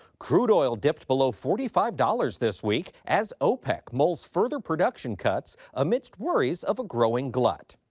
crude oil dipped below forty five dollars this week as opec mulls further production cuts amidst worries of a growing glut.